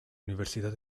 universidad